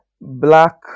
black